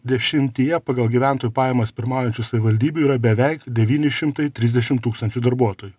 dešimtyje pagal gyventojų pajamas pirmaujančių savivaldybių yra beveik devyni šimtai trisdešim tūkstančių darbuotojų